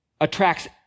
attracts